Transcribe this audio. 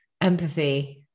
empathy